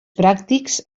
pràctics